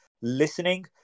listening